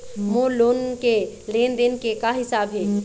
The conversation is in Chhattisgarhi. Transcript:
मोर लोन के लेन देन के का हिसाब हे?